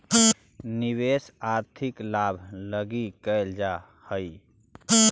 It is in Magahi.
निवेश आर्थिक लाभ लगी कैल जा हई